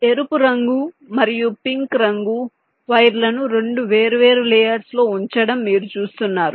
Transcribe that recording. ఎరుపు రంగు మరియు పింక్ రంగు వైర్ లను రెండు వేరు వేరు లేయర్స్ లో ఉంచడం మీరు చూస్తున్నారు